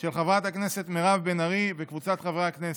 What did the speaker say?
של חברת הכנסת מירב בן ארי וקבוצת חברי הכנסת.